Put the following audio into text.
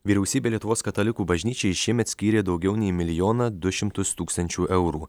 vyriausybė lietuvos katalikų bažnyčiai šiemet skyrė daugiau nei milijoną du šimtus tūkstančių eurų